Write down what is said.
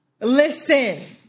Listen